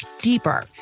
deeper